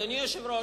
אדוני היושב-ראש,